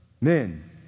Men